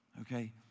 okay